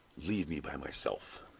leave me by my self!